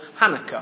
Hanukkah